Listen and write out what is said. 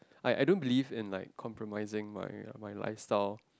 like I don't believe in like compromising my my lifestyle